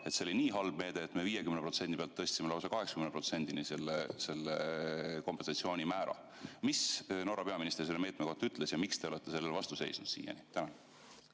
See oli nii halb meede, et me 50% pealt tõstsime lausa 80% selle kompensatsioonimäära. Mis Norra peaminister teile selle meetme kohta ütles ja miks te olete siiani sellele vastu seisnud?